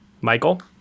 Michael